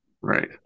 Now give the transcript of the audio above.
Right